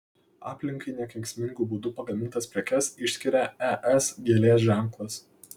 aplinkai nekenksmingu būdu pagamintas prekes išskiria es gėlės ženklas